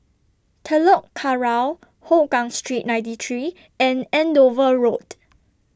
Telok Kurau Hougang Street ninety three and Andover Road